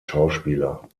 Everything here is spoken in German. schauspieler